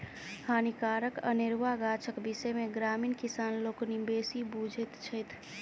हानिकारक अनेरुआ गाछक विषय मे ग्रामीण किसान लोकनि बेसी बुझैत छथि